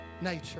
nature